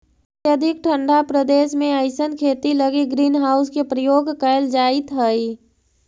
अत्यधिक ठंडा प्रदेश में अइसन खेती लगी ग्रीन हाउस के प्रयोग कैल जाइत हइ